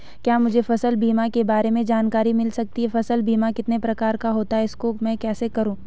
क्या मुझे फसल बीमा के बारे में जानकारी मिल सकती है फसल बीमा कितने प्रकार का होता है इसको मैं कैसे करूँ?